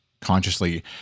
consciously